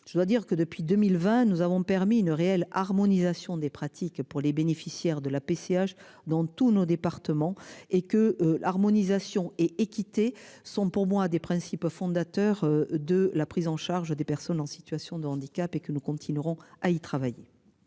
Je dois dire que depuis 2020 nous avons permis une réelle harmonisation des pratiques pour les bénéficiaires de la PCH dans tous nos départements et que l'harmonisation et équité sont pour moi des principes fondateurs de la prise en charge des personnes en situation de handicap et que nous continuerons à y travailler.